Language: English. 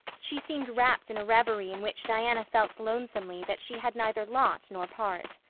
she seemed wrapped in a reverie in which diana felt lonesomely that she had neither lot nor part.